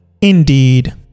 indeed